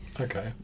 Okay